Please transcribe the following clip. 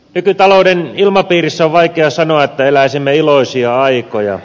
nykytalouden ilmapiirissä on vaikea sanoa että eläisimme iloisia aikoja